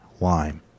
lime